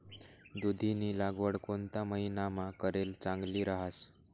दुधीनी लागवड कोणता महिनामा करेल चांगली रहास